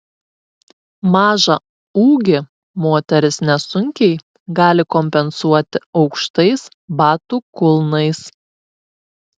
mažą ūgį moterys nesunkiai gali kompensuoti aukštais batų kulnais